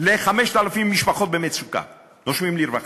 ל-5,000 משפחות במצוקה, נושמים לרווחה.